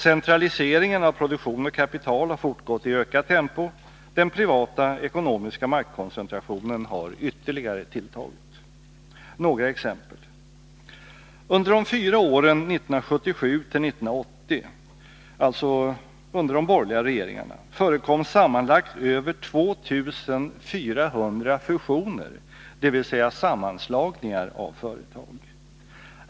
Centraliseringen av produktion och kapital har fortgått i ökat tempo, den privata ekonomiska maktkoncentrationen har ytterligare tilltagit. Några exempel: Under de fyra åren 1977-1980, alltså under de borgerliga regeringarna — förekom sammanlagt över 2 400 fusioner, dvs. sammanslagningar av företag.